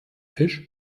fisch